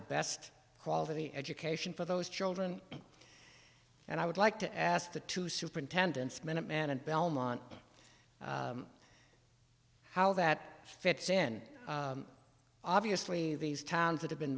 the best quality education for those children and i would like to ask the two superintendents minuteman and belmont how that fits in obviously these towns that have been